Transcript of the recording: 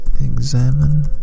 examine